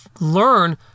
learn